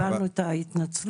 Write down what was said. קיבלנו את ההתנצלות.